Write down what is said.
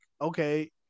okay